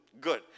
good